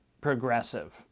progressive